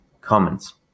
comments